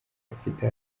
afite